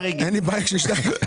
אין לי בעיה שהוא ישלח לו.